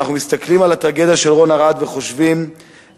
אנחנו מסתכלים על הטרגדיה של רון ארד וחושבים איך